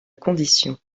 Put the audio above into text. condition